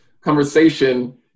conversation